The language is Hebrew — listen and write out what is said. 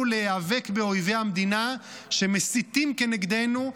להיאבק באויבי המדינה שמסיתים כנגדנו,